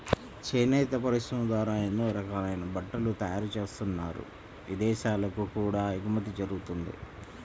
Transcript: చేనేత పరిశ్రమ ద్వారా ఎన్నో రకాలైన బట్టలు తయారుజేత్తన్నారు, ఇదేశాలకు కూడా ఎగుమతి జరగతంది